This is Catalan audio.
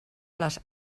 les